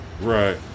Right